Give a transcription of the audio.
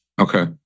Okay